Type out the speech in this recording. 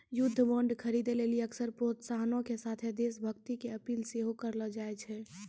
युद्ध बांड खरीदे लेली अक्सर प्रोत्साहनो के साथे देश भक्ति के अपील सेहो करलो जाय छै